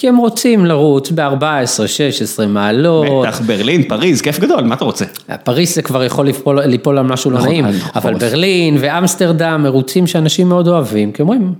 כי הם רוצים לרוץ בארבעה עשרה, שש עשרים מעלות. בטח, ברלין, פריז, כיף גדול, מה אתה רוצה? פריז זה כבר יכול ליפול על משהו לא נעים, אבל ברלין ואמסטרדם מירוצים שאנשים מאוד אוהבים, כי הם רואים...